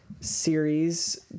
series